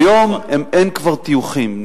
היום אין כבר טיוחים.